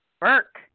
Burke